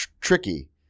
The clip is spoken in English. tricky